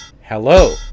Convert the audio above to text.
Hello